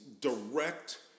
direct